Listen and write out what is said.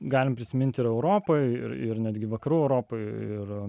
galime prisiminti ir europai ir ir netgi vakarų europai ir